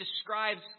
describes